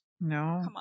No